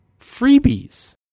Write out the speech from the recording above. freebies